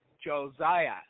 Josiah